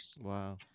Wow